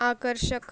आकर्षक